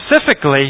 specifically